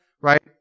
right